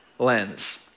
Lens